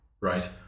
Right